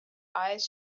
eyes